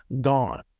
gone